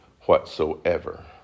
whatsoever